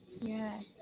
Yes